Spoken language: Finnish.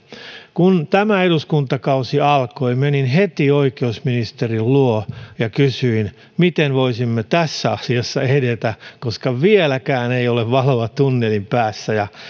kun tämä eduskuntakausi alkoi menin heti oikeusministerin luo ja kysyin miten voisimme tässä asiassa edetä koska vieläkään ei ole valoa tunnelin päässä